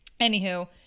Anywho